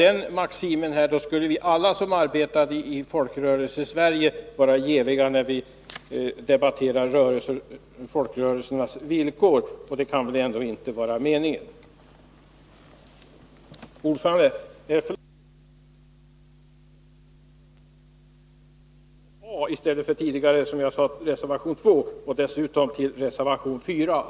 Men skulle vi tillämpa den maximen, skulle alla som arbetar inom Folkrörelsesverige vara jäviga när vi debatterar folkrörelsernas villkor. Det kan väl ändå inte vara Rolf Dahlbergs mening. Herr talman! Utöver mitt tidigare yrkande om bifall till reservation 2 a ber jag att få yrka bifall till reservation 4 a.